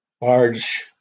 large